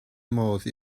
modd